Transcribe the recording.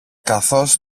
καθώς